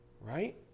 right